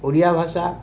ଓଡ଼ିଆ ଭାଷା